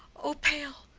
o, pale!